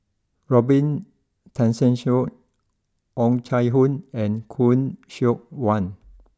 Robin Tessensohn Oh Chai Hoo and Khoo Seok Wan